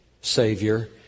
savior